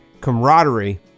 camaraderie